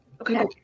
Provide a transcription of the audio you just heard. Okay